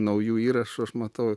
naujų įrašų aš matau